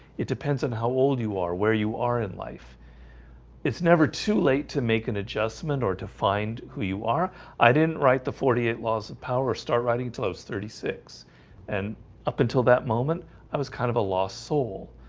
it depends on how old you are where you are in life it's never too late to make an adjustment or to find who you are i didn't write the forty eight laws of power or start writing till i was thirty six and up until that moment i was kind of a lost soul.